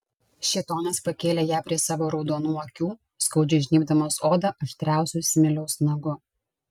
šėtonas pakėlė ją prie savo raudonų akių skaudžiai žnybdamas odą aštriausiu smiliaus nagu